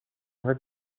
hard